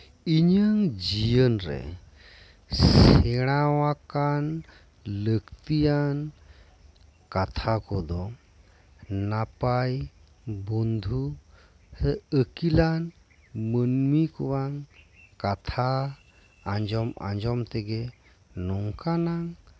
ᱤᱧᱟᱹᱜ ᱡᱤᱭᱚᱱ ᱨᱮ ᱥᱮᱬᱟ ᱟᱠᱟᱱ ᱞᱟᱹᱠᱛᱤᱭᱟᱱ ᱠᱟᱛᱷᱟ ᱠᱚᱫᱚ ᱱᱟᱯᱟᱭ ᱵᱚᱱᱫᱷᱩ ᱟᱹᱠᱤᱞᱟᱱ ᱢᱟᱹᱱᱢᱤ ᱠᱚᱣᱟᱜ ᱠᱟᱛᱷᱟ ᱟᱸᱡᱚᱢ ᱟᱸᱡᱚᱢ ᱛᱮᱜᱮ ᱱᱚᱝᱠᱟᱱᱟᱜ